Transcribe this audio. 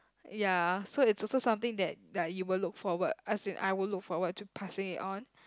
ya so it's also something that like you will look forward as in I would look forward to passing it on